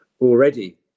already